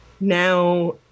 Now